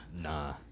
Nah